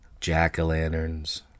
jack-o'-lanterns